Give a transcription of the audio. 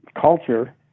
culture